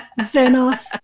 Zenos